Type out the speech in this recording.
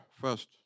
first